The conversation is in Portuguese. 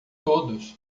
todos